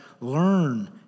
learn